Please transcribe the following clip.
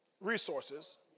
resources